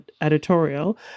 editorial